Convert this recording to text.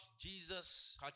Jesus